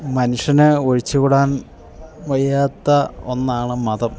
മനുഷ്യന് ഒഴിച്ചു കൂടാൻ വയ്യാത്ത ഒന്നാണ് മതം